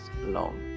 long